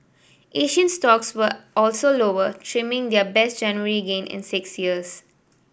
Asian stocks were also lower trimming their best January gain in six years